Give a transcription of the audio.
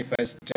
first